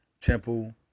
Temple